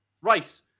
Right